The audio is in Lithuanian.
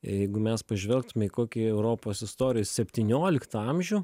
jeigu mes pažvelgtume į kokį europos istorijos septynioliktą amžių